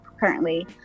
currently